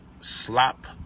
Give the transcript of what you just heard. Slop